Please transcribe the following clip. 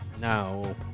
no